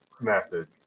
method